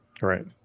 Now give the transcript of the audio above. Right